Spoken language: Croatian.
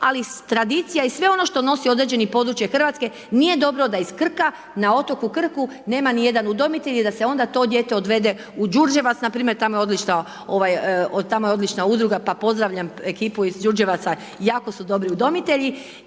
ali tradicija i sve ono što što nosi određeno područje Hrvatske, nije dobro da iz Krka, na otoku Krku nema nijedan udomitelj i da se onda to dijete odvede u Đurđevac npr., tamo je odlična udruga pa pozdravljam ekipu iz Đurđevaca, jako su dobri udomitelji